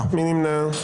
מי נמנע?